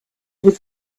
was